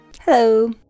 Hello